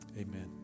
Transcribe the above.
amen